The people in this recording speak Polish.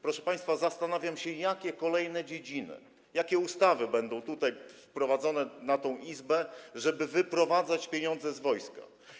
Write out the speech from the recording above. Proszę państwa, zastanawiam się, jakie kolejne dziedziny, jakie ustawy będą wprowadzane w tej Izbie, żeby wyprowadzać pieniądze z wojska.